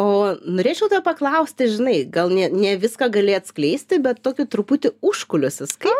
o norėčiau paklausti žinai gal nė ne viską gali atskleisti bet tokį truputį užkulisius kaip